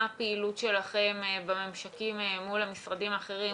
מה הפעילות שלכם בממשקים מול המשרדים האחרים,